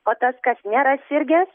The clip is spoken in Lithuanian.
o tas kas nėra sirgęs